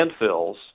landfills